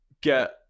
get